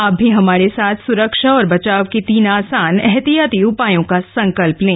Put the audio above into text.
आप भी हमारे साथ सुरक्षा और बचाव के तीन आसान एहतियाती उपायों का संकल्प लें